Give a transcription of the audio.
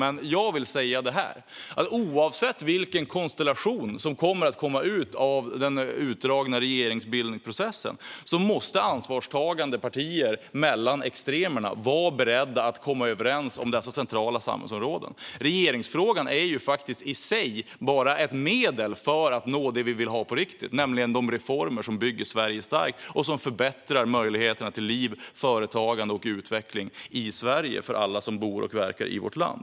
Låt mig dock säga att oavsett vilken konstellation som kommer ut av den utdragna regeringsbildningsprocessen måste ansvarstagande partier mellan extremerna vara beredda att komma överens om dessa centrala samhällsområden. Regeringsfrågan är ju bara ett medel för att nå det vi vill ha, nämligen de reformer som bygger Sverige starkt och förbättrar möjligheterna till liv, företagande och utveckling för alla som bor och verkar i vårt land.